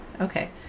Okay